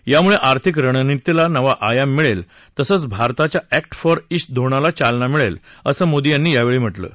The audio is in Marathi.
यामुळे आर्थिक रणनीतीला नवा आयाम मिळेल तसंच भारताच्या अॅक्ट फार इस्ट धोरणाला चालना मिळेल असं मोदी यांनी म्हटलं आहे